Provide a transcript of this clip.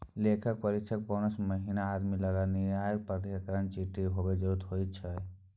लेखा परीक्षक बनबासँ पहिने आदमी लग नियामक प्राधिकरणक चिट्ठी होएब जरूरी होइत छै